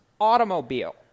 automobile